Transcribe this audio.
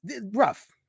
rough